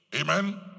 Amen